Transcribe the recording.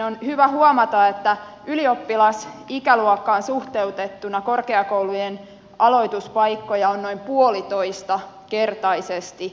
on hyvä huomata että ylioppilasikäluokkaan suhteutettuna korkeakoulujen aloituspaikkoja on noin puolitoistakertaisesti